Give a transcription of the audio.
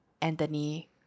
Anthony